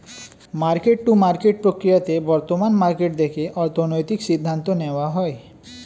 market to market প্রক্রিয়াতে বর্তমান market দেখে অর্থনৈতিক সিদ্ধান্ত নেওয়া হয়